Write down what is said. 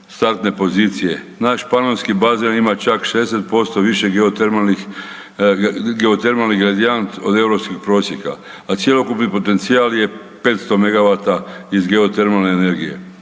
naš panonski bazen ima čak 60% više geotermalni gradijent od europskih prosjeka, a cjelokupni potencijal je 500 megavata iz geotermalne energije.